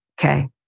Okay